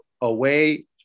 away